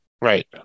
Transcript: Right